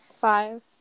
Five